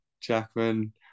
Jackman